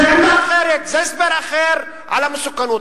זאת עמדה אחרת, זה הסבר אחר על המסוכנות.